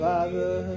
Father